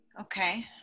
Okay